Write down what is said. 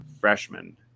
freshman